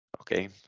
Okay